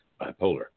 bipolar